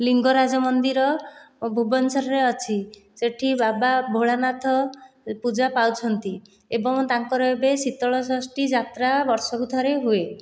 ଲିଙ୍ଗରାଜ ମନ୍ଦିର ଭୁବନେଶ୍ୱରରେ ଅଛି ସେଠି ବାବା ଭୋଳାନାଥ ପୂଜା ପାଉଛନ୍ତି ଏବଂ ତାଙ୍କର ଏବେ ଶୀତଳ ଷଷ୍ଠୀ ଯାତ୍ରା ବର୍ଷକୁ ଥରେ ହୁଏ